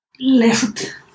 left